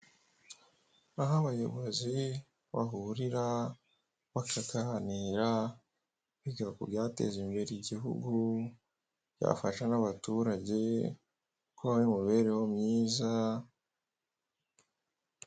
Aho abayobozi bahurira bakaganira biga ku byateza imbere igihugu, byafasha n'abaturage kuba bari mu mibereho myiza.